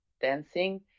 dancing